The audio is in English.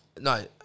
No